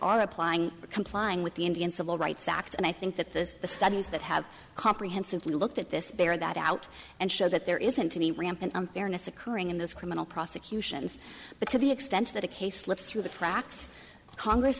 are applying complying with the indian civil rights act and i think that this the studies that have comprehensive looked at this bear that out and show that there isn't any rampant unfairness occurring in this criminal prosecutions but to the extent that a case slips through the cracks congress